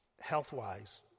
health-wise